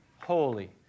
holy